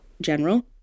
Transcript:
general